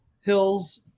Hills